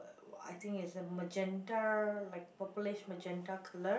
uh I think it's a magenta like purplish magenta colour